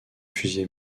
fusil